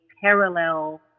parallel